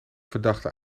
verdachte